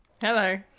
Hello